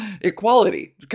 Equality